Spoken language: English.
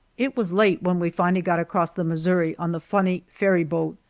it was late when we finally got across the missouri on the funny ferryboat,